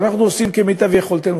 "אנחנו עושים כמיטב יכולתנו".